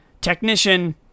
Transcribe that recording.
Technician